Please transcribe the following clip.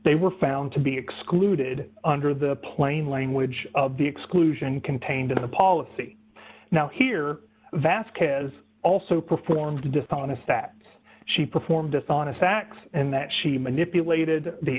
they were found to be excluded under the plain language of the exclusion contained in the policy now here vasquez also performed dishonest that she performed dishonest facts and that she manipulated the